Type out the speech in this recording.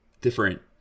different